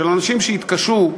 של אנשים שהתקשו,